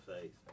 faith